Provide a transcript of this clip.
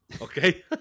Okay